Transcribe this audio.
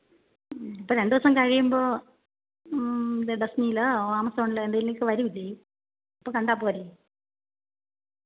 ഇപ്പം രണ്ടു ദിവസം കഴിയുമ്പോൾ ഡെസ്നിയിലോ ആമസോണിലോ എന്തെങ്കിലുമൊക്കെ വരില്ലേ അപ്പം കണ്ടാൽ പോരേ